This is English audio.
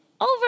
over